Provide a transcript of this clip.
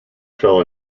fell